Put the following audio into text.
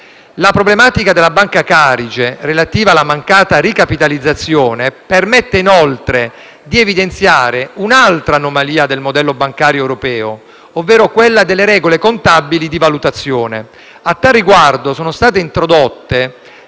La problematica di Banca Carige, relativa alla mancata ricapitalizzazione, permette, inoltre, di evidenziare un'altra anomalia del modello bancario europeo, ovvero quella delle regole contabili di valutazione. A tal riguardo, sono state introdotte